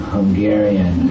Hungarian